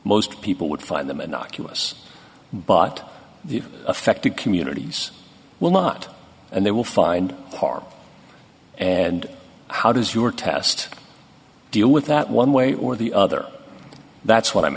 most people would find them in oculus but the affected communities will not and they will find and how does your test deal with that one way or the other that's what i'm